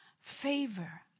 Favor